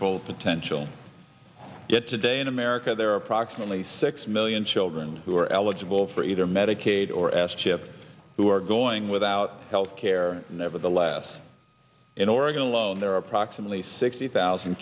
full potential yet today in america there are approximately six million children who are eligible for either medicaid or s chip who are going without health care nevertheless in oregon alone there are approximately sixty thousand